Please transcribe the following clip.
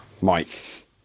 mike